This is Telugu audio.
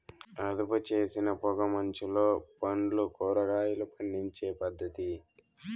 అదుపుచేసిన పొగ మంచులో పండ్లు, కూరగాయలు పండించే పద్ధతి